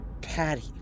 Patty